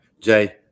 Jay